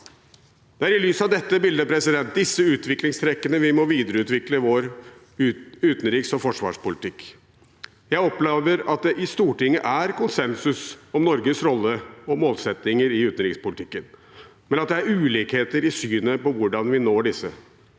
Det er i lys av dette bildet, disse utviklingstrekkene, vi må videreutvikle vår utenriks- og forsvarspolitikk. Jeg opplever at det i Stortinget er konsensus om Norges rolle og målsettinger i utenrikspolitikken, men at det er ulikheter i synet på hvordan vi når disse.